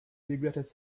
regretted